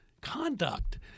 conduct